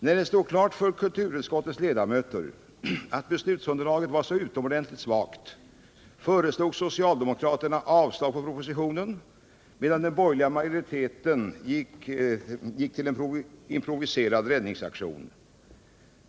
Då det stod klart för kulturutskottets ledamöter att beslutsunderlaget var så utomordentligt svagt föreslog socialdemokraterna avslag på propositionen medan den borgerliga majoriteten gick till en improviserad räddningsaktion.